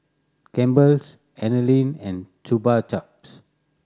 Campbell's Anlene and Chupa Chups